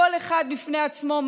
כל אחד בפני עצמו,